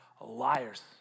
liars